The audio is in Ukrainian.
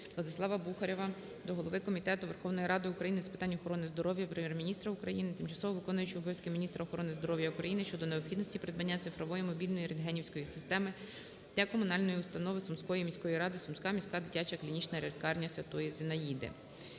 ВладиславаБухарєва до голови Комітету Верховної Ради України з питань охорони здоров'я, Прем'єр-міністра України, тимчасово виконуючої обов'язки міністра охорони здоров'я України щодо необхідності придбання цифрової мобільної рентгенівської системи для комунальної установи Сумської міської ради "Сумська міська дитяча клінічна лікарня Святої Зінаїди".